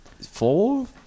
Four